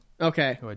Okay